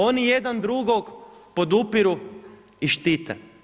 Oni jedan drugog podupiru i štite.